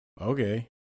okay